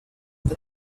with